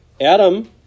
Adam